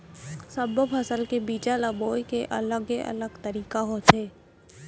सब्बो फसल के बीजा ल बोए के अलगे अलगे तरीका होथे